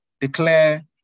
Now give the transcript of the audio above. declare